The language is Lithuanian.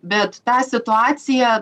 bet tą situaciją